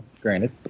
granted